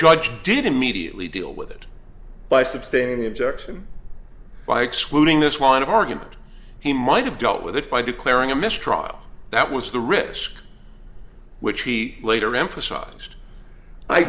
judge did immediately deal with it by substantially objection by excluding this one argument he might have dealt with it by declaring a mistrial that was the risk which he later emphasized i